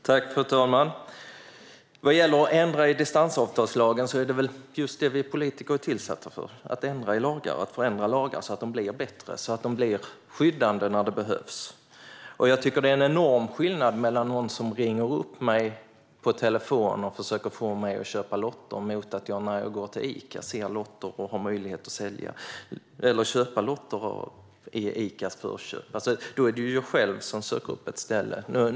Fru talman! Vad gäller att ändra i distansavtalslagen är det väl just det vi politiker är tillsatta för - att ändra lagar så att de blir bättre och så att de blir skyddande när det behövs. Jag tycker att det är enorm skillnad mellan att någon ringer upp mig på telefon och försöker få mig att köpa lotter och att jag när jag går till Ica ser lotter och har möjlighet att köpa. I det senare fallet är det jag själv som söker upp ett köpställe.